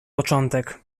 początek